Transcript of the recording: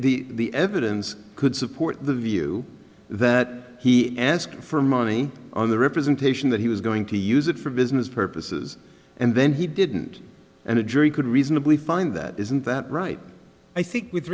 is the evidence could support the view that he asked for money on the representation that he was going to use it for business purposes and then he didn't and a jury could reasonably find that isn't that right i think with